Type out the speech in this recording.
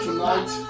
tonight